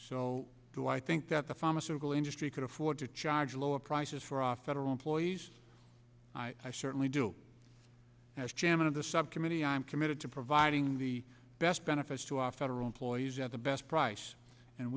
so do i think that the pharmaceutical industry could afford to charge lower prices for our federal employees i certainly do as chairman of the subcommittee i'm committed to providing the best benefits to our federal employees at the best price and